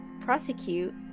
prosecute